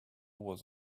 was